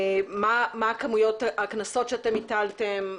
מה כמויות הקנסות שהטלתם,